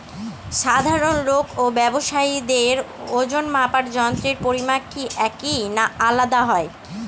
সাধারণ লোক ও ব্যাবসায়ীদের ওজনমাপার যন্ত্রের পরিমাপ কি একই না আলাদা হয়?